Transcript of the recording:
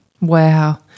Wow